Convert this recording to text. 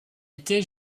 était